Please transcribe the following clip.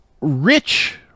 rich